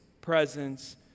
presence